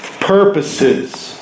purposes